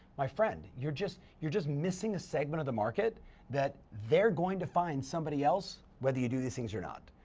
my friend, you're just you're just missing a segment of the market that they're going to find somebody else whether you do these things, or not.